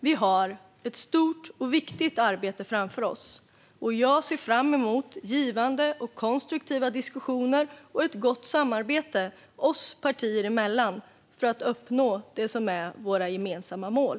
Vi har ett stort och viktigt arbete framför oss. Jag ser fram emot givande och konstruktiva diskussioner och ett gott samarbete oss partier emellan för att uppnå det som är våra gemensamma mål.